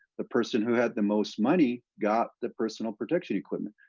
the person who had the most money, got the personal protection equipment.